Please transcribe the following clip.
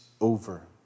over